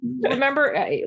remember